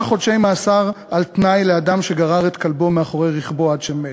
חודשי מאסר על תנאי לאדם שגרר את כלבו מאחורי רכבו עד שמת,